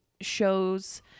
shows